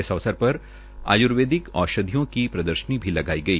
इस अवसर पर आय्र्वेदिक औषधियों की प्रदर्शनी भी लगाई गई